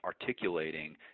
articulating